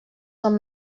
són